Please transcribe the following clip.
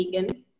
vegan